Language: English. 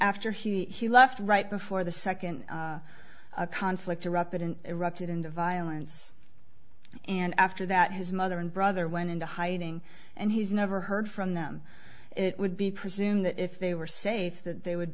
after he left right before the second conflict erupted in erupted into violence and after that his mother and brother went into hiding and he's never heard from them it would be presume that if they were safe that they would